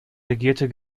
regierte